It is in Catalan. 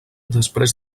després